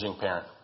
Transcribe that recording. parent